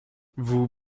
vous